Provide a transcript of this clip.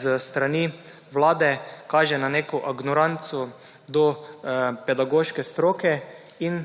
s strani vlade, kaže na neko agnoranco do pedagoške stroke. In